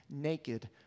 Naked